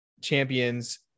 champions